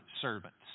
servants